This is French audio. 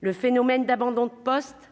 le phénomène d'abandon de poste